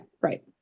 right